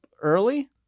early